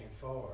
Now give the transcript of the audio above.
forward